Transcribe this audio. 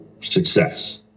success